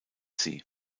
sie